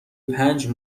پنج